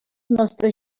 nostres